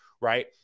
right